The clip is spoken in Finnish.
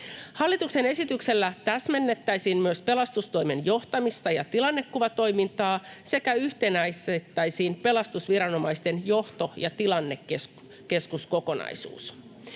Hallituksen esityksellä täsmennettäisiin myös pelastustoimen johtamista ja tilannekuvatoimintaa sekä yhtenäistettäisiin pelastusviranomaisten johto- ja tilannekeskuskokonaisuutta.